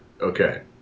Okay